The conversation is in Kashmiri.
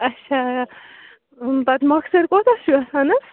اَچھا پَتہٕ مۄخصَر کوتاہ چھُ گژھان حظ